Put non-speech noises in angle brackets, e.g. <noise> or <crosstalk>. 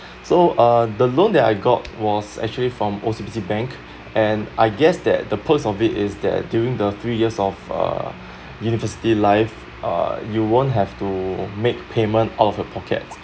so uh the loan that I got was actually from O_C_B_C bank and I guess that the perks of it is that during the three years of uh university life uh you won't have to make payment out of your pocket <noise>